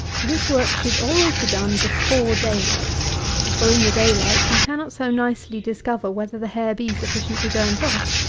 this work should always be done before day-light for in the day-light you cannot so nicely discover whether the hair be sufficiently burnt off.